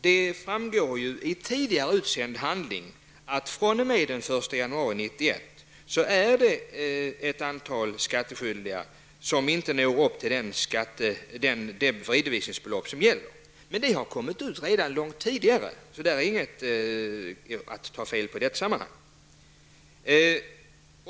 Det framgår av tidigare utsänd handling att fr.o.m. den 1 januari 1991 uppnår ett antal skattskyldiga inte det redovisningsbelopp som gäller. Denna handling har utsänts långt tidigare, varför det här inte varit någonting att ta fel på.